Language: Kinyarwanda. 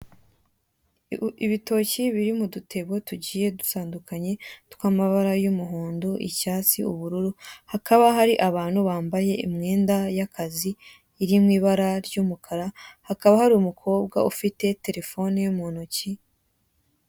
Ibitoki biri mu dutebo tugiye dutandukanye, twamabara y'umuhondo, icyatsi, ubururu hakaba hari abantu bambaye imyenda y'akazi iririmo ibara ry'umukara, hakaba hari umukobwa ufite telefone ye mu ntoki.